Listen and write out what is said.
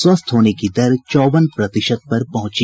स्वस्थ होने की दर चौवन प्रतिशत पर पहुंची